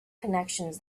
connections